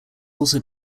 also